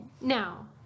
Now